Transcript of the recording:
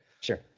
Sure